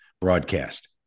broadcast